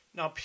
Now